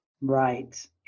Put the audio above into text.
Right